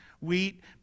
wheat